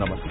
नमस्कार